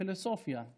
אוקיי.